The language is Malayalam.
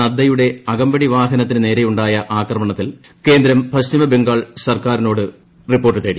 നഡ്ഡയുടെ അകമ്പടി വാഹനത്തിന് നേരെയുണ്ടായ ആക്രമണത്തിൽ കേന്ദ്രം പശ്ചിമ ബംഗാൾ സർക്കാരിനോട് റിപ്പോർട്ട് തേടി